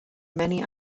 many